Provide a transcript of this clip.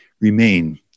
remain